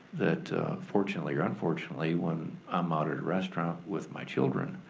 that fortunately or unfortunately, when i'm out at a restaurant with my children,